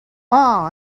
all